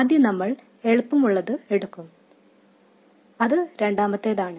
ആദ്യം നമ്മൾ എളുപ്പമുള്ളത് എടുക്കും അത് രണ്ടാമത്തേതാണ്